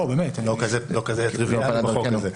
לא, באמת, זה לא טריוויאלי להבין בחוק הזה.